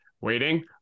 waiting